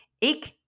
ik